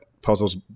Puzzles